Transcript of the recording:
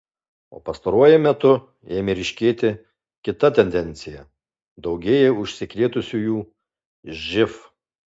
o pastaruoju metu ėmė ryškėti kita tendencija daugėja užsikrėtusiųjų živ